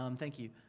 um thank you.